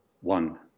one